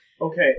Okay